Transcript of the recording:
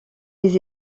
des